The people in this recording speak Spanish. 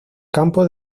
campo